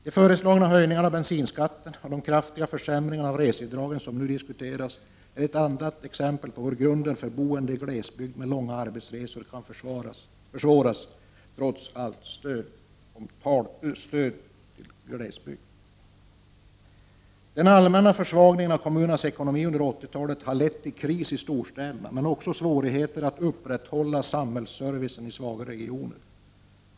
De föreslagna höjningarna av bensinskatten och de kraftiga försämringarna av reseavdragen som diskuteras är ett annat exempel på hur grunden för boende i glesbygd med långa arbetsresor kan försvåras trots allt tal om stöd till glesbygd. Den allmänna försvagningen av kommunernas ekonomi under 1980-talet har lett till kris i storstäderna men också till svårigheter att upprätthålla samhällsservicen i svagare regioner.